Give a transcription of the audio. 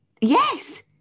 Yes